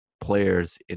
players